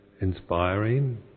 inspiring